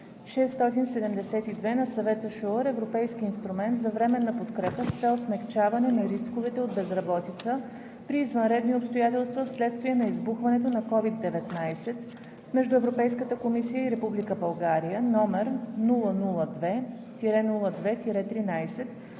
на Съвета SURE - Европейски инструмент за временна подкрепа с цел смекчаване на рисковете от безработица при извънредни обстоятелства вследствие на избухването на COVID-19, между Европейската комисия и Република